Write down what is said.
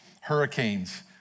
hurricanes